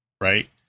Right